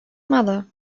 mother